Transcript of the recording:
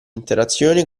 interazione